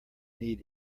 need